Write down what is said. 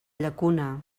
llacuna